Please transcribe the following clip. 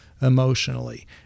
emotionally